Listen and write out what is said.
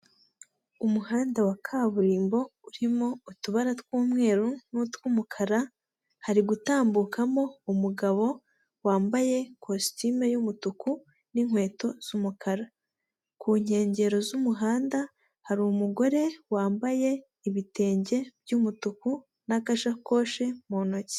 Umuhanda wa kaburimbo urimo utubara tw'umweru n'utw'umukara, hari gutambukamo umugabo wambaye kositimu y'umutuku n'inkweto z'umukara, ku nkengero z'umuhanda hari umugore wambaye ibitenge by'umutuku n'agashakoshi mu ntoki.